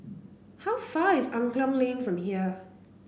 how far away is Angklong Lane from here